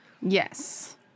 Yes